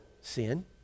sin